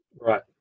Right